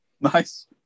Nice